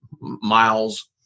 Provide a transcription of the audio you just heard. miles